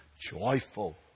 Joyful